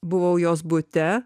buvau jos bute